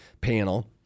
panel